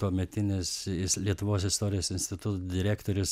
tuometinis jis lietuvos istorijos instituto direktorius